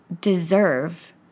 deserve